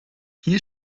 hier